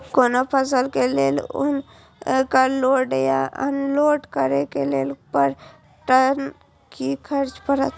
कोनो फसल के लेल उनकर लोड या अनलोड करे के लेल पर टन कि खर्च परत?